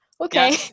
Okay